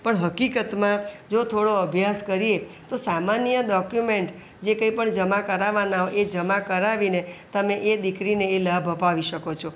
પણ હકીકતમાં જો થોડો અભ્યાસ કરીએ તો સામાન્ય ડોક્યુમેન્ટ જે કંઈ પણ જમા કરાવવાનાં હોય એ જમા કરાવીને તમે એ દીકરીને એ લાભ અપાવી શકો છો